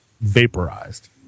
vaporized